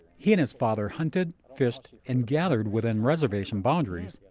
he and his father hunted, fished, and gathered within reservation boundaries.